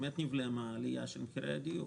באמת נבלמה העלייה של מחירי הדיור,